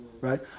Right